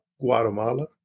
Guatemala